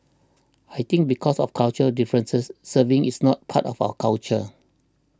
I think because of cultural differences serving is not part of our culture